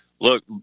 look